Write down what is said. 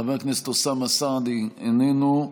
חבר הכנסת אוסאמה סעדי, איננו,